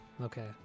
okay